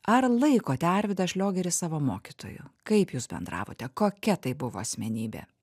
ar laikote arvydą šliogerį savo mokytoju kaip jūs bendravote kokia tai buvo asmenybė